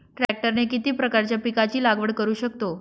ट्रॅक्टरने किती प्रकारच्या पिकाची लागवड करु शकतो?